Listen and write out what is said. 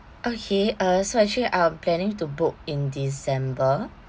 okay uh so actually I'm planning to book in december